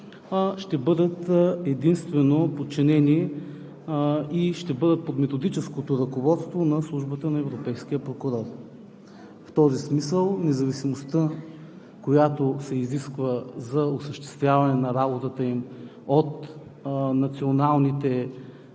ще бъдат подчинени и под методическото ръководство на Службата на европейския прокурор. В този смисъл независимостта, която се изисква за осъществяване на работата им от националните